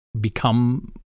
become